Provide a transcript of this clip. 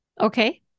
Okay